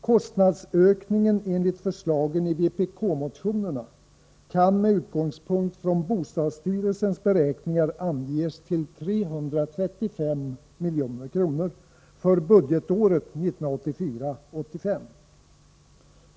Kostnadsökningen enligt förslagen i vpk-motionerna kan med utgångspunkt från bostadsstyrelsens beräkningar anges till 335 milj.kr. för budgetåret 1984/85.